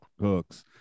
hooks